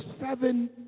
seven